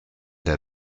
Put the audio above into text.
der